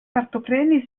partoprenis